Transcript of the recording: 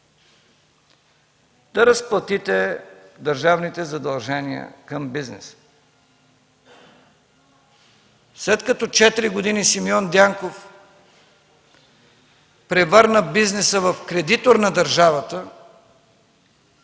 да разплатите държавните задължения към бизнеса. След като за четири години Симеон Дянков превърна бизнеса в кредитор на държавата,